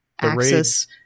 access